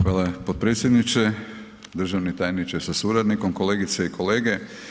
Hvala potpredsjedniče, državni tajniče sa suradnikom, kolegice i kolege.